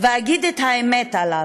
ואגיד את האמת עליו,